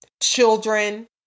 children